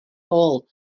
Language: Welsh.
nôl